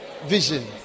vision